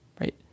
right